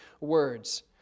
words